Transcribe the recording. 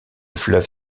fleuve